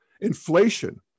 Inflation